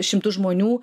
šimtus žmonių